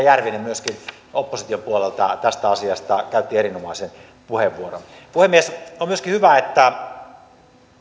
järvinen myöskin oppositiopuolelta tästä asiasta käytti erinomaisen puheenvuoron puhemies on myöskin hyvä että